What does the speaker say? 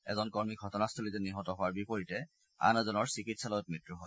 এজন কৰ্মী ঘটনাস্থলীতে নিহত হোৱাৰ বিপৰীতে আন এজনৰ চিকিৎসালয়ত মৃত্যু হয়